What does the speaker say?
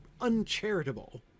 uncharitable